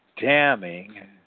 damning